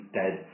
dead